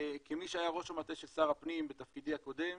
כמי שהיה ראש המטה של שר הפנים בתפקידי הקודם,